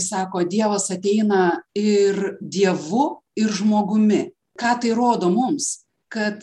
sako dievas ateina ir dievu ir žmogumi ką tai rodo mums kad